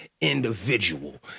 individual